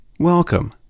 Welcome